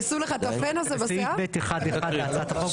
בסעיף (ב1)(1) להצעת החוק,